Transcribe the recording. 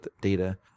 data